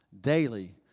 daily